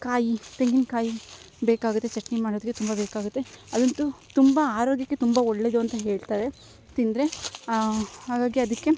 ಕಾಯಿ ತೆಂಗಿನಕಾಯಿ ಬೇಕಾಗುತ್ತೆ ಚಟ್ನಿ ಮಾಡೋದಕ್ಕೆ ತುಂಬ ಬೇಕಾಗುತ್ತೆ ಅದಂತು ತುಂಬ ಆರೋಗ್ಯಕ್ಕೆ ತುಂಬ ಒಳ್ಳೆದು ಅಂತ ಹೇಳ್ತಾರೆ ತಿಂದರೆ ಹಾಗಾಗಿ ಅದಕ್ಕೆ